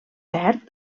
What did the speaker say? verd